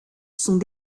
sont